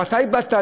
מתי באת?